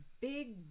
big